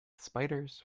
spiders